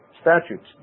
statutes